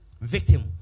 Victim